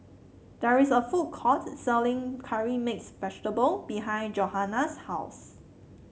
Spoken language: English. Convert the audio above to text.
there is a food court selling Curry Mixed Vegetable behind Johannah's house